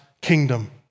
kingdom